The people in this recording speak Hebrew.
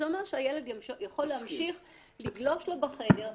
-- זה אומר שהילד יכול להמשיך לגלוש לו בחדר,